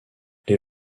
les